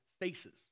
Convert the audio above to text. faces